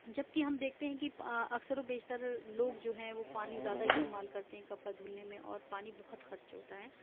جب کہ ہم دیکھتے ہیں کہ اکثر و بیشتر لوگ جو ہیں وہ پانی زیادہ استعمال کرتے ہیں کپڑا دھلنے میں اور پانی بہت خرچ ہوتا ہے